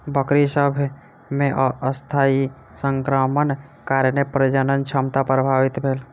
बकरी सभ मे अस्थायी संक्रमणक कारणेँ प्रजनन क्षमता प्रभावित भेल